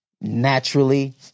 naturally